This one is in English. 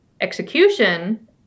execution